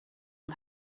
yng